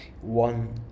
one